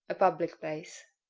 a public place.